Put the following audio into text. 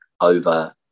over